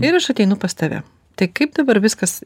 ir aš ateinu pas tave tai kaip dabar viskas